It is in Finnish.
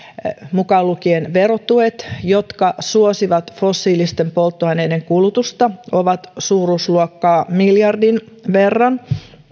mukaan lukien verotuet jotka suosivat fossiilisten polttoaineiden kulutusta ovat suuruusluokkaa miljardin verran